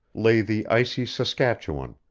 lay the icy saskatchewan,